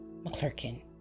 McClurkin